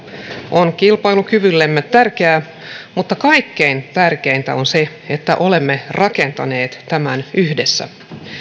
on kilpailukyvyllemme tärkeää mutta kaikkein tärkeintä on se että olemme rakentaneet tämän yhdessä